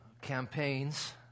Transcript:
campaigns